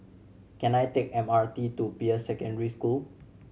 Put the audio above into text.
can I take M R T to Peirce Secondary School